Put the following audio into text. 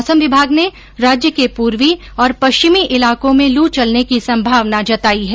मौसम विभाग ने राज्य के पूर्वी और पश्चिमी इलाकों में लू चलने की संभावना जताई है